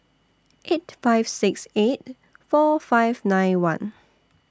eight five six eight four five nine one